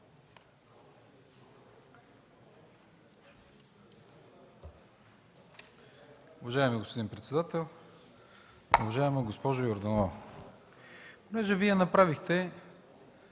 Уважаеми господин председател! Уважаема госпожо Йорданова, понеже Вие направихте